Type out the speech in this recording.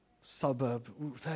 suburb